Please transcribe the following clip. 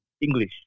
English